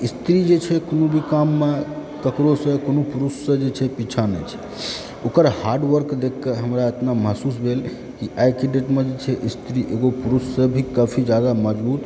स्त्री जे छै कोनो भी काममे ककरोसँ कोनो पुरुषसँ जे छै से पीछाँ नहि छै ओकर हार्डवर्क देखिके हमरा एतना महसूस भेल कि आइके डेटमे जे छै स्त्री एगो पुरुषसे भी काफी जादा मजबूत